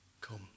come